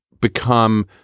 become